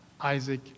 Isaac